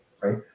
right